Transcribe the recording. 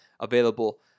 available